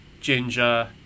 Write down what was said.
ginger